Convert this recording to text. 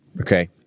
Okay